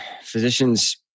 physicians